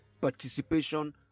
participation